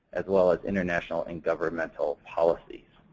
as well as international and governmental policies.